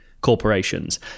corporations